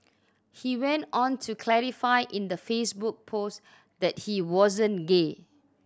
he went on to clarify in the Facebook post that he wasn't gay